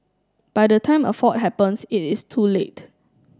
by the time a fault happens it is too late